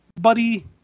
buddy